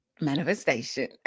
manifestation